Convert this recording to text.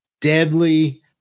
deadly